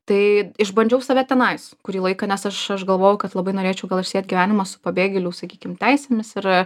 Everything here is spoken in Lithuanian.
tai išbandžiau save tenais kurį laiką nes aš aš galvojau kad labai norėčiau gal ir siet gyvenimą su pabėgėlių sakykim teisėmis ir